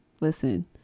listen